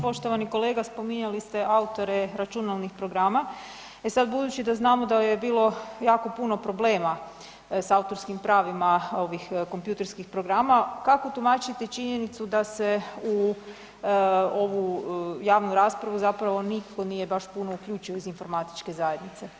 Poštovani kolega, spominjali ste autore računalnih programa, e sad budući da znamo da je bilo jako puno problema sa autorskim pravima ovih kompjuterskih programa, kako tumačiti činjenicu da se u ovu javnu raspravu zapravo nitko nije baš puno uključio iz informatičke zajednice?